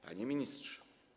Panie Ministrze!